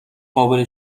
قابل